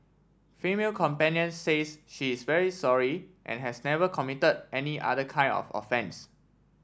female companion says she is very sorry and has never committed any other kind of offence